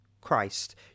christ